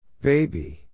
Baby